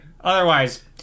Otherwise